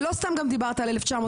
ולא סתם דיברת על 1995